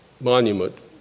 monument